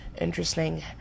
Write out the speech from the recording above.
interesting